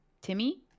Timmy